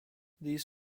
these